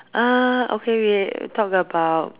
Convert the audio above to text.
uh okay we talk about